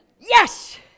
Yes